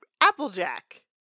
Applejack